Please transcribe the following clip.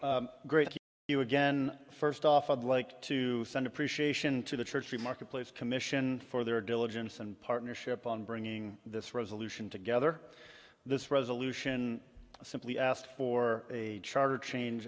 by great to you again first off i'd like to send appreciation to the church free marketplace commission for their diligence and partnership on bringing this resolution together this resolution simply asked for a charter cha